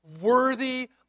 worthy